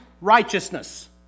righteousness